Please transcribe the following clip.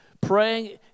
Praying